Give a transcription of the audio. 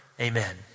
Amen